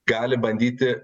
gali bandyti